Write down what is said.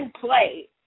play